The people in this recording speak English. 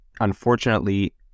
Unfortunately